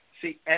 see